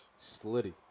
Slitty